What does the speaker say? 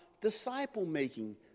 disciple-making